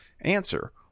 answer